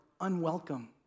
unwelcome